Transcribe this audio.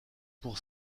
pour